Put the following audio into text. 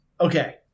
Okay